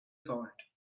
salt